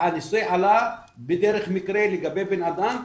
והנושא עלה בדרך מקרה לגבי בנאדם,